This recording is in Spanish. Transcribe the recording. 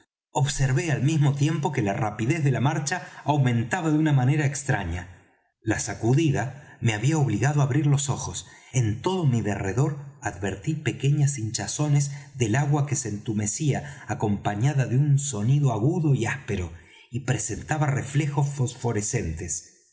observé al mismo tiempo que la rapidez de la marcha aumentaba de una manera extraña la sacudida me había obligado á abrir los ojos en todo mi derredor advertí pequeñas hinchazones del agua que se entumecía acompañada de un sonido agudo y áspero y presentaba reflejos fosforescentes